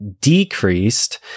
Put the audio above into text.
decreased